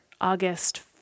August